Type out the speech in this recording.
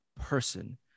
person